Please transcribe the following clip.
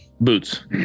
Boots